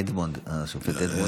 אדמונד, השופט אדמונד.